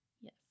Yes